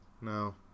no